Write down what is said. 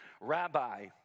Rabbi